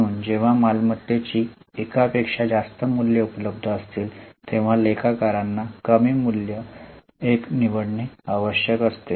म्हणून जेव्हा मालमत्तेची एकापेक्षा जास्त मूल्ये उपलब्ध असतील तेव्हा लेखाकारांना कमी मूल्य एक निवडणे आवश्यक असते